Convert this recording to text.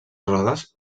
rodes